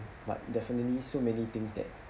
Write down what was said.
but definitely so many things that